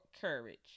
courage